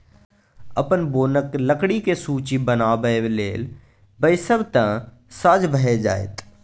अपन बोनक लकड़ीक सूची बनाबय लेल बैसब तँ साझ भए जाएत